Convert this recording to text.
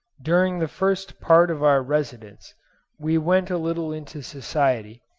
during the first part of our residence we went a little into society,